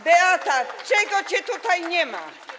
Beata, czego cię tutaj nie ma?